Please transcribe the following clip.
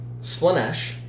Slanesh